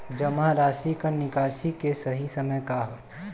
जमा राशि क निकासी के सही समय का ह?